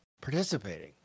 participating